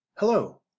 Hello